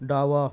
डावा